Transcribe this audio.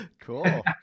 Cool